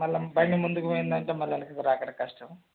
మళ్ళా బండి ముందుకు పోయిందంటే మళ్ళా వెనకకి రావడం కష్టం